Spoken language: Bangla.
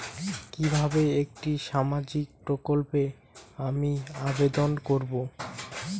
কিভাবে একটি সামাজিক প্রকল্পে আমি আবেদন করব?